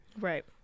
Right